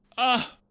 ah!